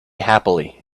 happily